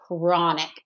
chronic